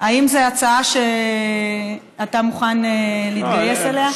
האם זאת הצעה שאתה מוכן להתגייס לה?